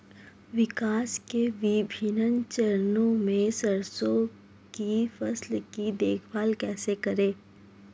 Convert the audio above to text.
विकास के विभिन्न चरणों में सरसों की फसल की देखभाल कैसे करें?